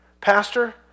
pastor